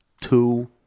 two